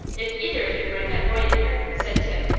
if either of you bring that boy in here, said tim,